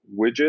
widget